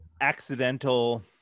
accidental